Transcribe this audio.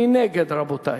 מי נגד, רבותי?